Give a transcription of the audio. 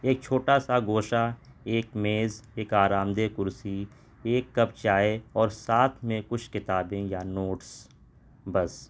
ایک چھوٹا سا گوشہ ایک میز ایک آرام دہ کرسی ایک کپ چائے اور ساتھ میں کچھ کتابیں یا نوٹس بس